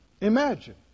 Imagine